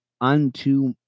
unto